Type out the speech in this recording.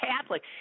Catholic